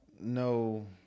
No